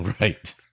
Right